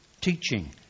teaching